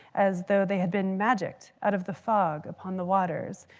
as though they had been magicked out of the fog upon the waters,